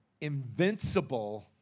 invincible